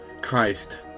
Christ